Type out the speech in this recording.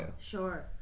sure